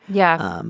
yeah. um